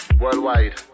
Worldwide